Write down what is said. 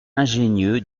ingénieux